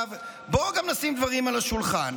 בואו גם נשים דברים על השולחן.